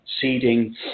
seeding